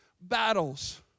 battles